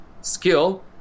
skill